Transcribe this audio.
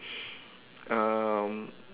um